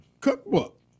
cookbook